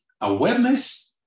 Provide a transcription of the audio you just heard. awareness